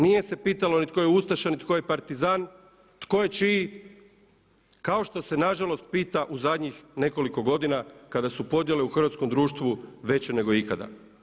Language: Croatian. Nije se pitalo ni tko je ustaša, ni tko je partizan, tko je čiji kao što se nažalost pita u zadnjih nekoliko godina kada su podjele u hrvatskom društvu veće nego ikada.